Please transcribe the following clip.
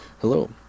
Hello